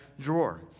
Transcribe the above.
drawer